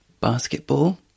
Basketball